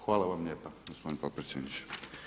Hvala vam lijepa gospodine potpredsjedniče.